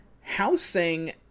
housing